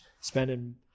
spending